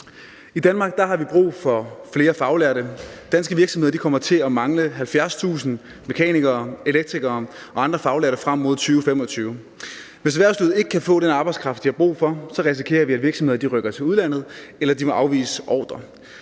I Danmark har vi brug for flere faglærte. Danske virksomheder kommer til at mangle 70.000 mekanikere, elektrikere og andre faglærte frem mod 2025. Hvis erhvervslivet ikke kan få den arbejdskraft, de har brug for, risikerer vi, at virksomhederne rykker til udlandet, eller at de må afvise ordrer.